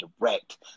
direct